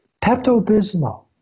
Pepto-Bismol